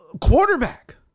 quarterback